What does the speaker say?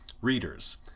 readers